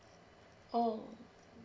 oh